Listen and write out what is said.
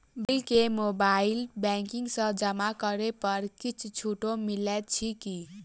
Bill केँ mobile banking सँ जमा करै पर किछ छुटो मिलैत अछि की?